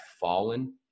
fallen